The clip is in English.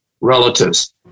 relatives